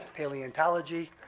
paleontology.